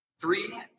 three